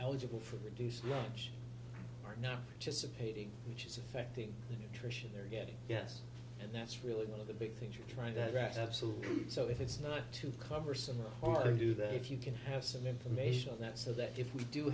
eligible for reduced lunch are not just supporting which is affecting the nutrition they're getting yes and that's really one of the big things you're trying to address absolutely so if it's not to cover some or to do that if you can have some information on that so that if we do